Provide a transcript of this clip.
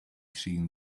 seen